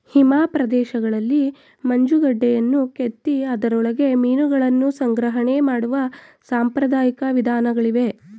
ಹಿಮ ಪ್ರದೇಶಗಳಲ್ಲಿ ಮಂಜುಗಡ್ಡೆಯನ್ನು ಕೆತ್ತಿ ಅದರೊಳಗೆ ಮೀನುಗಳನ್ನು ಸಂಗ್ರಹಣೆ ಮಾಡುವ ಸಾಂಪ್ರದಾಯಿಕ ವಿಧಾನಗಳಿವೆ